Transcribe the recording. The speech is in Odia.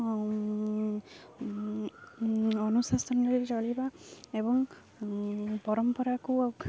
ଅନୁଶାସନରେ ଚଳିବା ଏବଂ ପରମ୍ପରାକୁ